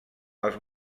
els